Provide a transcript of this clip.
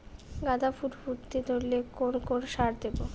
গাদা ফুল ফুটতে ধরলে কোন কোন সার দেব?